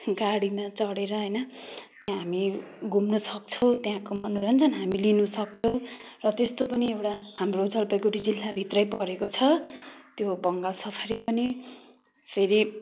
गाडीमा चढेर होइन त्यहाँ हामी घुम्नसक्छौँ त्यहाँको मनोरञ्जन हामी लिनसक्छौँ र त्यस्तो पनि एउटा हाम्रो जलपाइगुडी जिल्लाभित्रै परेको छ त्यो बङ्गाल सफारी पनि फेरि